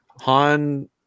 Han